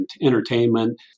entertainment